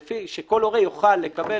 שכל הורה יוכל לקבל.